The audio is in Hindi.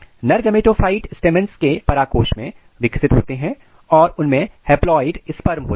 नर गैमेटोफाइट स्टेमंस के पराग कोष में विकसित होते हैं और उनमें हैप्लॉयड स्पर्म होते हैं